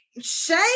shame